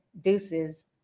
Deuces